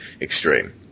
extreme